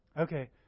Okay